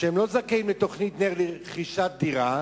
שלא זכאים לתוכנית נ"ר לרכישת דירה,